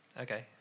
Okay